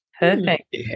Perfect